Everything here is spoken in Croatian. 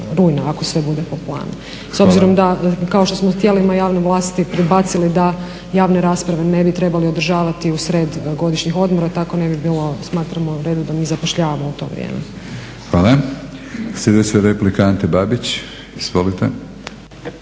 rujna ako sve bude po planu. S obzirom da kao što smo tijelima javne vlasti predbacili da javne rasprave ne bi trebali održavati usred godišnjih odmora, tako ne bi bilo smatramo u redu da mi zapošljavamo u to vrijeme. **Batinić, Milorad (HNS)** Hvala.